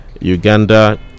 Uganda